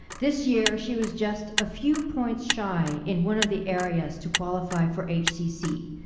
this year she was just a few points shy in one of the areas to qualify for hcc.